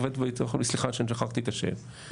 סליחה שאני שכחתי את השם,